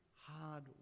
hard